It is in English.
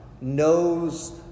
knows